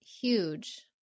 huge